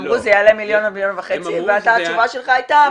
הם אמרו שזה יעלה בין מיליון למיליון וחצי והתשובה שלך הייתה,